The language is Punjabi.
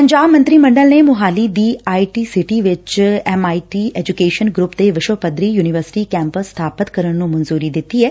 ਪੰਜਾਬ ਮੰਤਰੀ ਮੰਡਲ ਨੇ ਮੁਹਾਲੀ ਦੀ ਆਈ ਟੀ ਸਿਟੀ ਵਿਚ ਐਮਿਟੀ ਐਜੂਕੇਸ਼ਨ ਗਰੁੱਪ ਦੇ ਵਿਸ਼ਵ ਪੱਧਰੀ ਯੂਨੀਵਰਸਿਟੀ ਕੈਂਪਸ ਨੂੰ ਸਥਾਪਤ ਕਰਨ ਦੀ ਮਨਜੂਰੀ ਦਿੱਤੀ ਐ